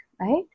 right